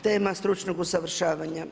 Tema stručnog usavršavanja.